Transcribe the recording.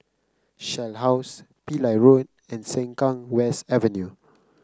Shell House Pillai Road and Sengkang West Avenue